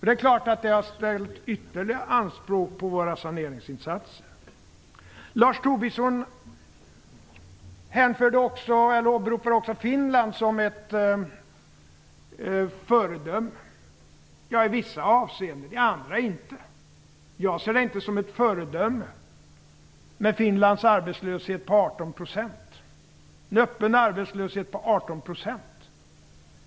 Det är klart att det har ställt ytterligare anspråk på våra saneringsinsatser. Lars Tobisson åberopade också Finland som ett föredöme. I vissa avseenden kan jag hålla med, i andra inte. Jag ser inte Finlands öppna arbetslöshet på 18 % som ett föredöme.